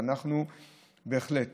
ואנחנו בהחלט